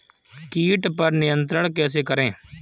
कीट पर नियंत्रण कैसे करें?